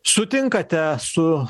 sutinkate su